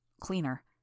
cleaner